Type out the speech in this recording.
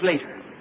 later